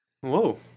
whoa